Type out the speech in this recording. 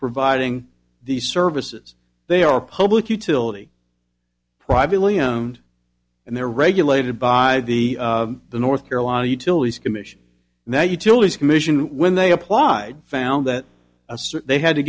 providing these services they are public utility privately owned and they're regulated by the north carolina utilities commission now utilities commission when they applied found that assert they had to